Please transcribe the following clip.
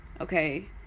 okay